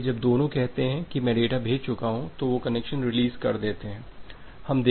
इसलिए जब दोनों कहते हैं कि मैं डेटा भेज चुका तो वे कनेक्शन रिलीज़ कर देते हैं